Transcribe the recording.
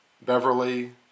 Beverly